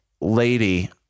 lady